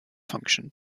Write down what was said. function